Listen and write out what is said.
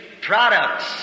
products